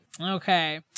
Okay